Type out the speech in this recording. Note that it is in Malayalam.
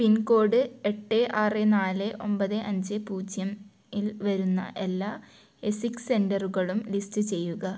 പിൻകോട് എട്ട് ആറ് നാല് ഒൻപത് അഞ്ച് പൂജ്യം ഇൽ വരുന്ന എല്ലാ എസിക് സെൻ്ററുകളും ലിസ്റ്റ് ചെയ്യുക